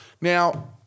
Now-